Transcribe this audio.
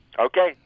Okay